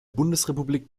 bundesrepublik